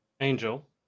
angel